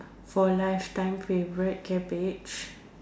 for lifetime favourite cabbage